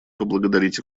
поблагодарить